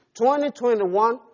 2021